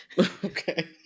Okay